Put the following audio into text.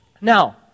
Now